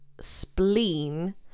spleen